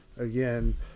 Again